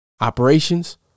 Operations